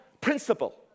principle